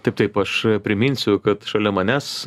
taip taip aš priminsiu kad šalia manęs